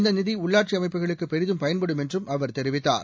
இந்தநிதிஉள்ளாட்சிஅமைப்புகளுக்குபெரிதும் பயன்படும் என்றும் அவர் தெரிவித்தார்